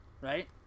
right